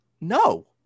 No